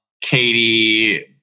Katie